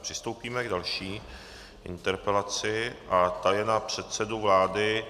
Přistoupíme k další interpelaci, ta je na předsedu vlády.